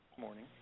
morning